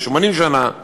80 שנה,